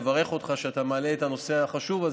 לברך אותך שאתה מעלה את הנושא החשוב הזה,